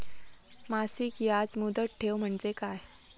मासिक याज मुदत ठेव म्हणजे काय?